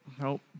Nope